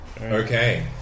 Okay